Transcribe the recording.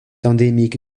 endémique